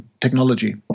technology